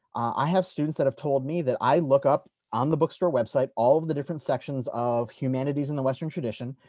i have students, that have told me that i look up on the bookstore website all of the different sections of humanities in the western tradition.